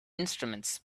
instruments